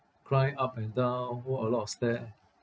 climb up and down walk a lot of stair